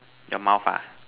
your mouth ah